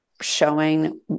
showing